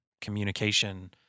communication